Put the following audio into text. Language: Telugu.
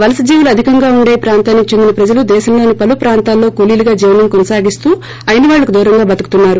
వలస జీవులు అధికంగా ఉండే ఈ ప్రాంతానికి చెందిన ప్రజలు దేశంలోని పలు ప్రాంతాలలో కూలీలుగా జీవనం కొనసాగిస్తూ అయిన వాళ్లకు దూరంగా బతుకుతున్నారు